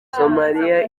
somaliya